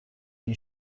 این